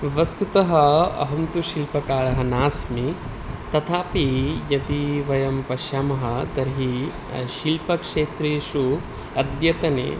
वस्तुतः अहं तु शिल्पकारः नास्मि तथापि यदि वयं पश्यामः तर्हि शिल्पक्षेत्रेषु अद्यतने